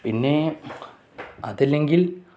പിന്നെ അതില്ലെങ്കിൽ